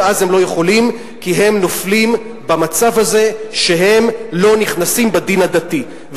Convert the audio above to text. והם לא יכולים כי הם נופלים במצב הזה שהם לא נכנסים בדין הדתי,